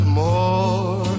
more